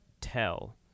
tell